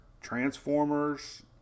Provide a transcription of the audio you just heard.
transformers